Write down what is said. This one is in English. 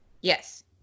Yes